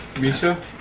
Misha